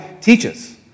teaches